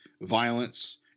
violence